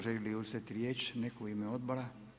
Želi li uzeti riječ netko u ime odbora?